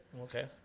Okay